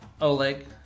Oleg